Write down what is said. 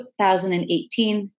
2018